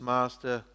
Master